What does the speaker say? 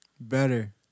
Better